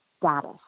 status